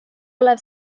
olev